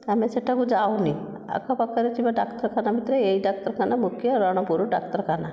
ଆମେ ସେଟାକୁ ଯାଉନି ଆଖପାଖରେ ଥିବା ଭିତରେ ଏହି ଡାକ୍ତରଖାନା ମୁଖ୍ୟ ରଣପୁର ଡାକ୍ତରଖାନା